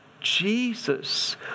Jesus